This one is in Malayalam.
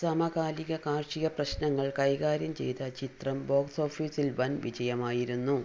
സമകാലിക കാർഷിക പ്രശ്നങ്ങൾ കൈകാര്യം ചെയ്ത ചിത്രം ബോക്സ് ഓഫീസിൽ വൻ വിജയമായിരുന്നു